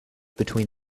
between